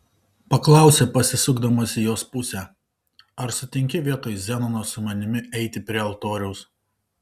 paklausė pasisukdamas į jos pusę ar sutinki vietoj zenono su manimi eiti prie altoriaus